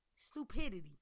Stupidity